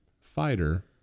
fighter